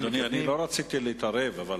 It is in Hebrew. אדוני, לא רציתי להתערב, אבל